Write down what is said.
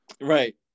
Right